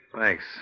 Thanks